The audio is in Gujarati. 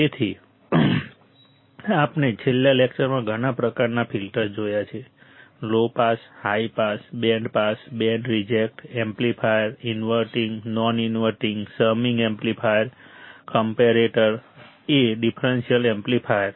તેથી આપણે છેલ્લા લેક્ચરમાં ઘણા પ્રકારના ફિલ્ટર્સ જોયા છે low pass high pass band pass band reject amplifier inverting non inverting summing amplifier comparator એ ડિફરન્સિયલ એમ્પ્લીફાયર